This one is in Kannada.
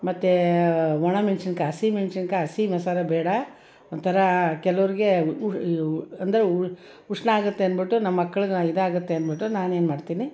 ಮತ್ತು ಒಣಮೆಣ್ಸಿನ್ಕಾಯಿ ಹಸಿಮೆಣ್ಸಿನ್ಕಾಯಿ ಹಸಿ ಮಸಾಲ ಬೇಡ ಒಂಥರ ಕೆಲವ್ರಿಗೆ ಅಂದರೆ ಉಷ್ಣ ಆಗುತ್ತೆ ಅಂದ್ಬಿಟ್ಟು ನಮ್ಮ ಮಕ್ಳಿಗೆ ಇದಾಗುತ್ತೆ ಅಂದ್ಬಿಟ್ಟು ನಾನೇನು ಮಾಡ್ತೀನಿ